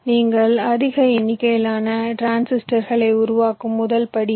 நீங்கள் அதிக எண்ணிக்கையிலான டிரான்சிஸ்டர்களை உருவாக்கும் முதல் படி இது